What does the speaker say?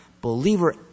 believer